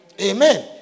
Amen